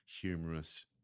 humorous